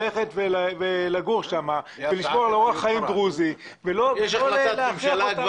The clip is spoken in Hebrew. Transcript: לגור שם ולשמור על אורח חיים דרוזי ולא להכריח אותם